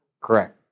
Correct